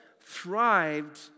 thrived